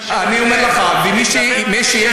אני לא מדבר על מי שרוצה,